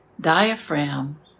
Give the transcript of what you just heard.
diaphragm